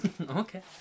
Okay